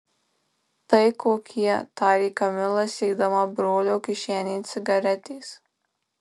tai kokie tarė kamila siekdama brolio kišenėn cigaretės